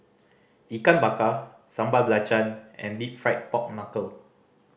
Ikan Bakar Sambal Belacan and Deep Fried Pork Knuckle